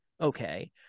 Okay